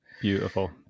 beautiful